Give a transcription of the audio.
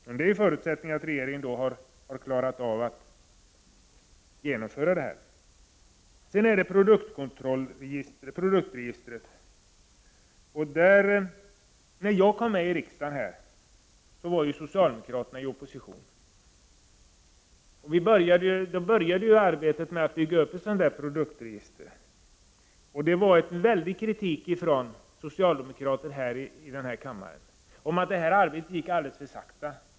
Men förutsättningen är att regeringen då har klarat av att genomföra intentionerna. Sedan gäller det produktregistret. Då jag kom med i riksdagen var socialdemokraterna i opposition. Då började arbetet med att bygga upp ett produktregister, och det förekom en väldig kritik från socialdemokrater här i kammaren mot att detta arbete gick alldeles för sakta.